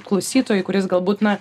klausytojui kuris galbūt na